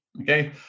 Okay